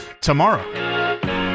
tomorrow